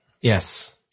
Yes